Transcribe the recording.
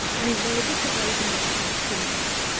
and there are different ways in which you can discriminate.